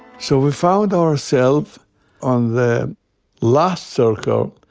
so we found ourselves on the last circle.